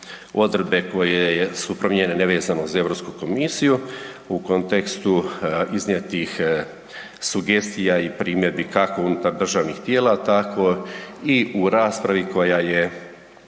odredbe koje su promijenjene nevezano za Europsku komisiju u kontekstu iznijetih sugestija i primjedbi kako unutar državnih tijela, tako i u raspravi koja je